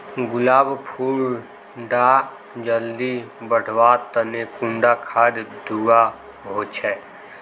गुलाब फुल डा जल्दी बढ़वा तने कुंडा खाद दूवा होछै?